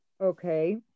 okay